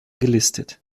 gelistet